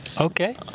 okay